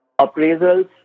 appraisals